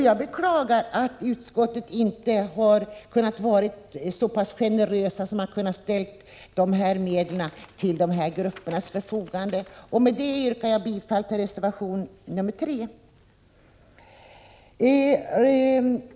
Jag beklagar att utskottet inte har kunnat vara så pass generöst att man har ställt dessa medel till de här gruppernas förfogande. Med det yrkar jag bifall till reservation 3.